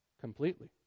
completely